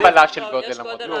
אין הגבלה של גודל המודעה.